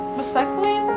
respectfully